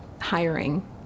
hiring